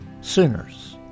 sinners